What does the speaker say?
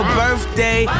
birthday